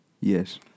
Yes